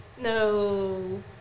No